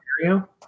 scenario